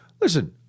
listen